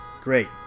Great